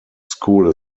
school